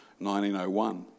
1901